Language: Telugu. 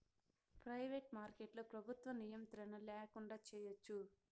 ప్రయివేటు మార్కెట్లో ప్రభుత్వ నియంత్రణ ల్యాకుండా చేయచ్చు